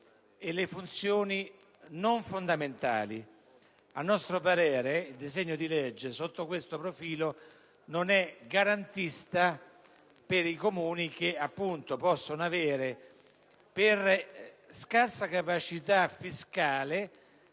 e le funzioni non fondamentali. Il disegno di legge sotto questo profilo non è garantista per i Comuni che possono non avere, per scarsa capacità fiscale,